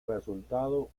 resultado